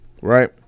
right